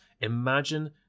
imagine